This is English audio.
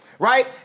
right